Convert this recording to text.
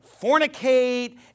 fornicate